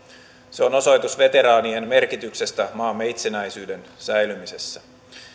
se on osoitus veteraanien merkityksestä maamme itsenäisyyden säilymisessä